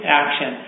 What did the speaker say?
action